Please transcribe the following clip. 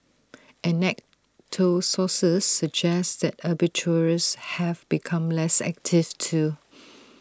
anecdotal sources suggest that arbitrageurs have become less active too